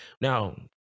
Now